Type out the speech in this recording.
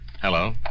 Hello